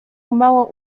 mało